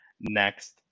next